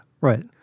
right